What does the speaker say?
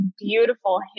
beautiful